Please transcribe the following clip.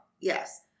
Yes